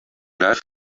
life